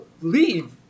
leave